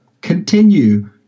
continue